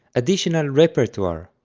additional repertoire.